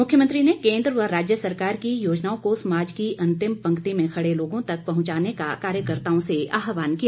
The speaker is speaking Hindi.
मुख्यमंत्री ने केंद्र व राज्य सरकार की योजनाओं को समाज की अंतिम पंक्ति में खड़े लोगों तक पहुंचाने का कार्यकर्त्ताओं से आहवान किया